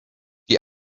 die